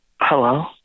Hello